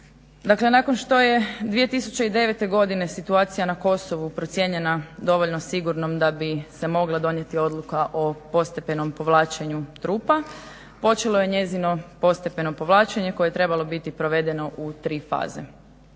nakon što je 2009. godine situacija na Kosovu procijenjena dovoljno sigurnom da bi se mogla donijeti Odluka o postepenom povlačenju trupa počelo je njezino postepeno povlačenje koje je trebalo biti provedeno u 3 faze.